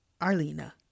Arlena